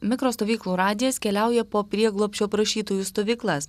mikro stovyklų radijas keliauja po prieglobsčio prašytojų stovyklas